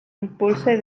impulse